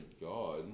God